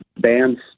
bands